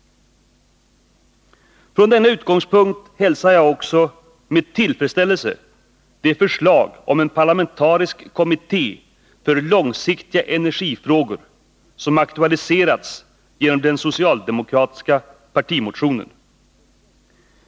Från denna utgångspunkt hälsar jag också med tillfredsställelse det förslag om en parlamentarisk kommitté för långsiktiga energifrågor som aktualiserats genom den socialdemokratiska partimotionen.